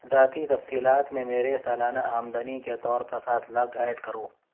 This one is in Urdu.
ذاتی تفصیلات میں میرے سالانہ آمدنی کے طور پر سات لاکھ ایڈ کرو